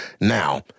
Now